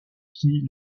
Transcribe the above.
qui